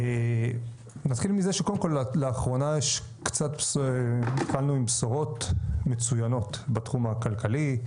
נתחיל מזה שקודם כל לאחרונה התחלנו עם בשורות מצוינות בתחום הכלכלי.